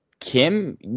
Kim